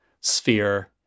sphere